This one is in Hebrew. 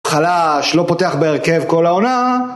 חלש, לא פותח בהרכב כל העונה